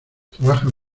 trabajas